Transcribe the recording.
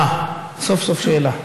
אה, סוף-סוף שאלה.